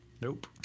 nope